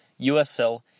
usl